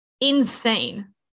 insane